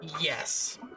Yes